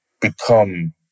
become